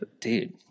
Dude